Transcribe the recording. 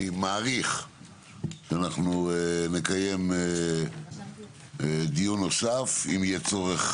אני מעריך שאנחנו נקיים דיון נוסף אם יהיה צורך.